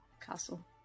castle